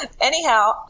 anyhow